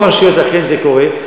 וברוב הרשויות אכן זה קורה.